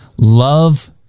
love